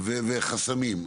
-- וחסמים.